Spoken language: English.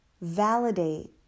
validate